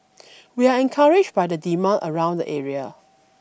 we are encouraged by the demand around the area